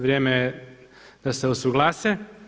Vrijeme je da se usuglase.